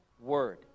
Word